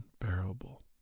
unbearable